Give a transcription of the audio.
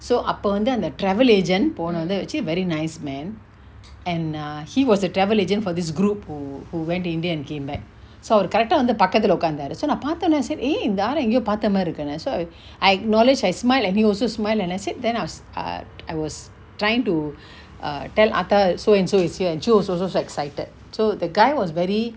so அப்ப வந்து அந்த:apa vanthu antha travel agent போன வந்து வச்சு:pona vanthu vachu very nice man and err he was a travel agent for this group who who went to india and came back so அவரு:avaru correct ah வந்து பக்கத்துல உக்காந்தாரு:vanthu pakathula ukkantharu so நா பாதொனே:na pathone eh இந்த ஆள எங்கயோ பாத்த மாரி இருக்குனு:intha aala engayo patha mari irukunu so I acknowledge I smiled at him he also smile and I said then I was I was trying to err tell aatta so and so is here and she was also so excited so the guy was very